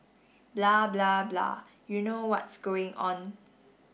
blah blah blah you know what's going on